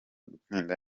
gutsinda